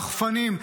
רחפנים,